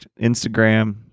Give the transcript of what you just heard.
Instagram